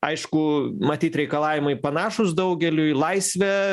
aišku matyt reikalavimai panašūs daugeliui laisvė